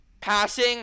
passing